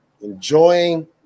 enjoying